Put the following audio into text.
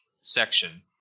section